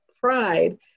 pride